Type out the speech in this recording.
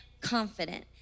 confident